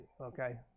Okay